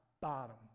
bottom